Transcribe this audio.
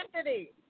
identity